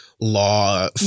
law